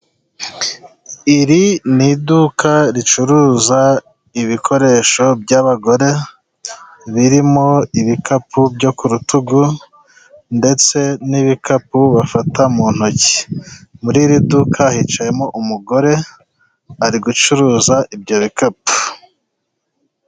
Iri ni iduka ricuruza ibikoresho by'abagore birimo ibikapu byo ku rutugu, ndetse n'ibikapu bafata mu ntoki. Muri iri duka hicayemo umugore, ari gucuruza ibyo bikapu.